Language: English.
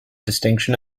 distinction